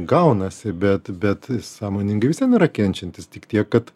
gaunasi bet bet sąmoningai vis vien yra kenčiantis tik tiek kad